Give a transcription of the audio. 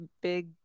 big